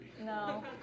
No